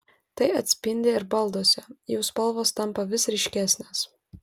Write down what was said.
tai atsispindi ir balduose jų spalvos tampa vis ryškesnės